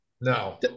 No